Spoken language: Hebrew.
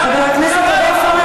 חבר הכנסת עודד פורר,